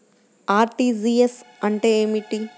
RTGS అంటే ఏమిటి?